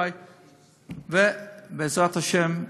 ובעזרת השם,